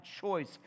choice